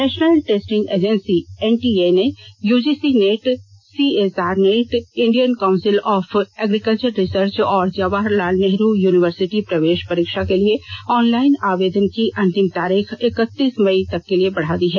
national testing agency NTA ने UGC NET CSIR NET Indian council of agriculture research और Jawahar Lal Nehru university प्रवेश परीक्षा के लिए ऑनलाइन आवेदन की अंतिम तारीख इक्तीस मई तक के लिए बढा दी है